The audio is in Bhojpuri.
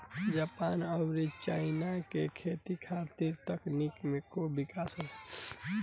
जपान अउरी चाइना में खेती खातिर ए तकनीक से खूब विकास होला